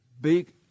big –